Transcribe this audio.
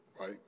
right